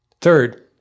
Third